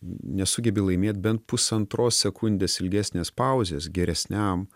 nesugebi laimėt bent pusantros sekundės ilgesnės pauzės geresniam